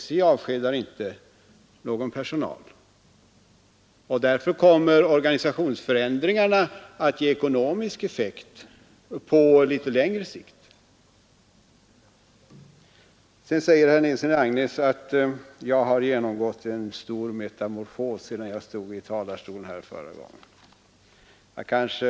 SJ avskedar inte någon personal, och därför kommer organisationsförändringarna att ge ekonomisk effekt först på litet längre sikt. Herr Nilsson i Agnäs säger att jag genomgått en stor metamorfos sedan jag stod i talarstolen förra gången för att diskutera den här frågan.